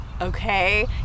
okay